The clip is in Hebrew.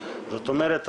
זאת אומרת,